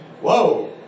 whoa